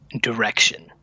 direction